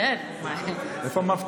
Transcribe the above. איפה המאבטח?